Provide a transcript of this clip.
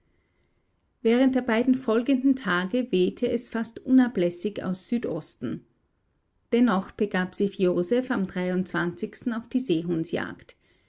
während der beiden folgenden tage wehte es fast unablässig aus südosten dennoch begab sich joseph am auf die seehundsjagd